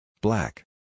Black